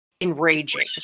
enraging